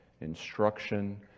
instruction